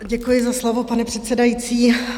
Děkuji za slovo, pane předsedající.